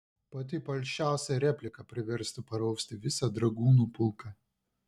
pati palšiausia replika priverstų parausti visą dragūnų pulką